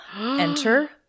Enter